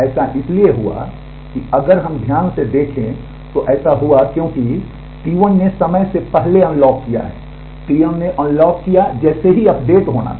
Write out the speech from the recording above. ऐसा इसलिए हुआ क्योंकि अगर हम ध्यान से देखें तो ऐसा हुआ है क्योंकि T1 ने समय से पहले अनलॉक किया है T1 ने अनलॉक किया है जैसे ही अपडेट होना था